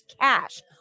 cash